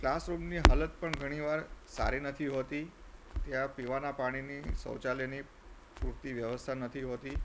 ક્લાસરૂમની હાલત પણ ઘણીવાર સારી નથી હોતી ત્યાં પીવાનાં પાણીની શૌચાલયની પૂરતી વ્યવસ્થા નથી હોતી